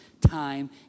time